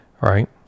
right